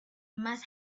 must